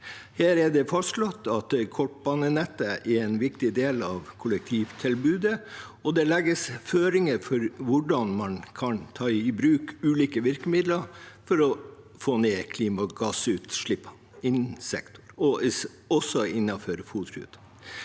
Her er det fastslått at kortbanenettet er en viktig del av kollektivtilbudet, og det legges føringer for hvordan man kan ta i bruk ulike virkemidler for å få ned klimagassutslippene i sektoren, også innenfor